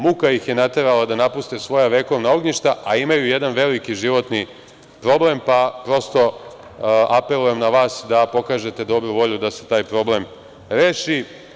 Muka ih je naterala da napuste svoja vekovna ognjišta, a imaju jedan veliki životni problem, pa prosto apelujem na vas da pokažete dobru volju da se taj problem reši.